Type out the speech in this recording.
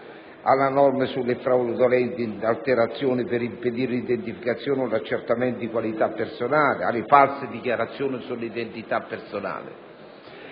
alle norme sulle fraudolenti alterazioni per impedire l'identificazione o gli accertamenti di qualità personali, alle false dichiarazioni sull'identità personale.